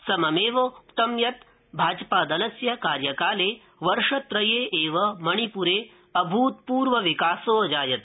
सममेवोक्तं यत् भाजपादलस्य कार्यकाले वर्षत्रये बे मणिपुरे अभूतपूर्वविकासोऽजायत्